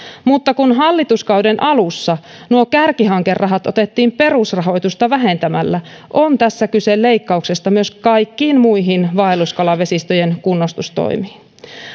mutta kun hallituskauden alussa nuo kärkihankerahat otettiin perusrahoitusta vähentämällä on tässä kyse leikkauksesta myös kaikkiin muihin vaelluskalavesistöjen kunnostustoimiin